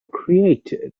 created